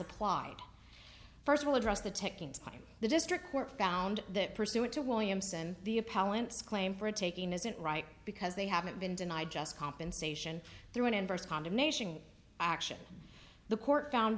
applied first will address the ticking time the district court found that pursuant to williamson the appellant's claim for taking isn't right because they haven't been denied just compensation through an inverse condemnation action the court found